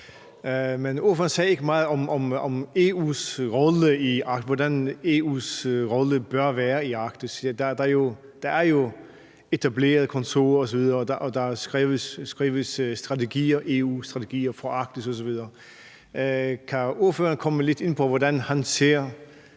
men ordføreren sagde ikke meget om, hvordan EU's rolle bør være i Arktis. Der er jo etableret et EU-kontor, og der skrives EU-strategier for Arktis osv. Kan ordføreren komme lidt ind på, hvordan han ser